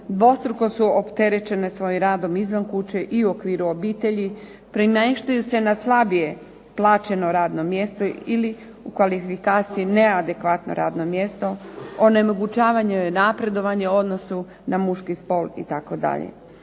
dvostruko su opterećene svojim radom izvan kuće i u okviru obitelji, premještaju se na slabije plaćeno radno mjesto ili u kvalifikaciji neadekvatno radno mjesto, onemogućavano joj je napredovanje u odnosu na muški spol itd.